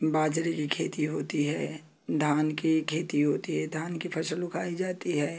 बाजरे की खेती होती है धान की खेती होती है धान की फ़सल उगाई जाती है